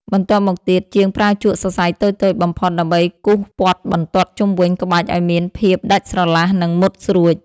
បន្ទាប់មកទៀត ជាងប្រើជក់សរសៃតូចៗបំផុតដើម្បីគូសព័ទ្ធបន្ទាត់ជុំវិញក្បាច់ឱ្យមានភាពដាច់ស្រឡះ និងមុតស្រួច។